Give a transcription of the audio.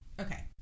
Okay